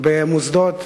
במוסדות